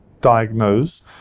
diagnose